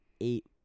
eight